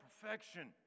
perfection